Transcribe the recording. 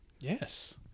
Yes